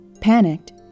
Panicked